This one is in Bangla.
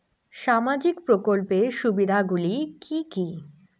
সামাজিক প্রকল্পের সুবিধাগুলি কি কি?